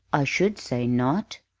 i should say not!